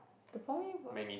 they probably were